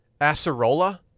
acerola